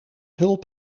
hulp